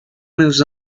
moves